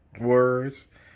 words